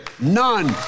None